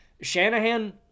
Shanahan